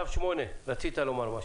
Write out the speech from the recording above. אנחנו ניפגש ב --- "צו 8", רצית לומר משהו.